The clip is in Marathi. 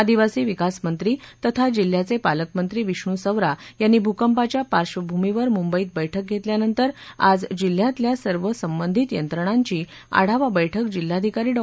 आदिवासी विकास मंत्री तथा जिल्ह्याचे पालकमंत्री विष्णू सवरा यांनी भूकंपाच्या पार्श्वभूमीवर मुंबई ध्वे बैठक घेतल्यानंतर आज जिल्ह्यातल्या सर्व संबंधित यंत्रणांची आढावा बैठक जिल्हाधिकारी डॉ